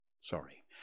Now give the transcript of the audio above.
Sorry